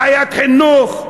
בעיית חינוך,